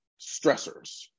stressors